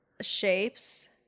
Shapes